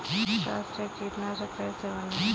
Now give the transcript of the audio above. छाछ से कीटनाशक कैसे बनाएँ?